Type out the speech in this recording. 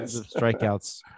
strikeouts